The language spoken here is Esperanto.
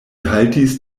haltis